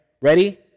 Ready